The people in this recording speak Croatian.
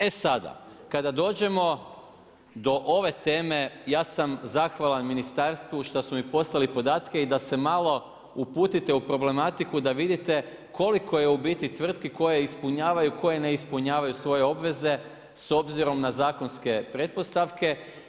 E sada, kada dođemo, do ove teme, ja sam zahvalan ministarstvu, što su mi poslali podatke i da se malo uputite u problematike, da vidite koliko je u biti tvrtki koje ispunjavaju, koje ne ispunjavaju svoje obveze s obzirom na zakonske pretpostavke.